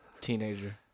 Teenager